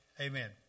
Amen